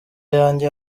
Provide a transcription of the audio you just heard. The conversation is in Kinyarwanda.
yanjye